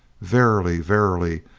verily, verily,